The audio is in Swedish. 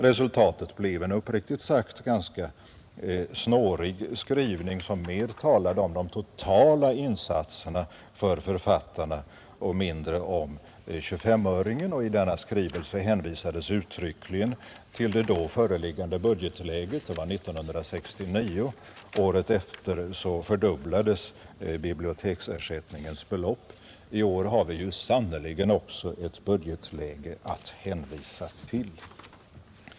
Resultatet blev uppriktigt sagt en ganska snårig skrivning, som mer talade om de totala insatserna för författarna och mindre om 25-öringen. I denna skrivelse hänvisades uttryckligen till det då föreliggande budgetläget. Det var 1969. Året efter fördubblades biblioteksersättningens belopp. Också i år har vi sannerligen ett budgetläge att hänvisa till.